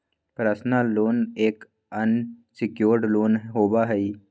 personal loan एक unsecured loan होबा हई